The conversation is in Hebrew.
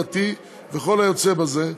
דתי וכל היוצא בזה.